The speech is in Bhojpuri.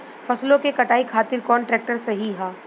फसलों के कटाई खातिर कौन ट्रैक्टर सही ह?